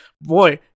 Boy